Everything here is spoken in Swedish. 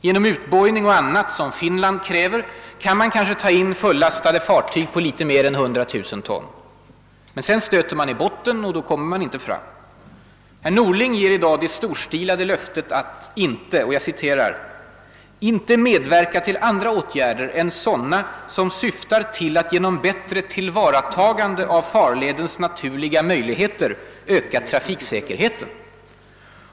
Genom utbojning och annat, som Finland kräver, kan man kanske ta in fullastade fartyg på litet mer än 100 000 ton. Sedan stöter man i botten och kommer inte fram. Herr Norling ger i dag det storstilade löftet att inte »medverka till andra åtgärder än sådana som syftar till att genom bättre tillvaratagande av farledens naturliga möjligheter öka trafiksäkerheten».